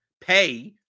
pay